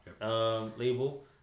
label